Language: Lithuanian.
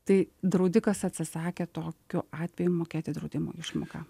tai draudikas atsisakė tokiu atveju mokėti draudimo išmoką